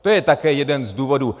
To je také jeden z důvodů.